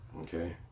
okay